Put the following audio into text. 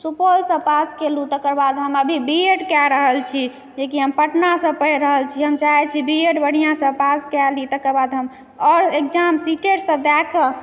सुपौलसँ पास कयलहुँ तकर बाद हम अभी बी एड कए रहल छी जेकि हम पटनासँ पढ़ि रहल छी हम चाहै छी बी एड बढ़िआँसँ पास कए ली तकर बाद हम आओर exam C T E T सब दए कऽ